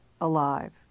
alive